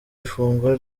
ifungwa